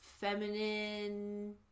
feminine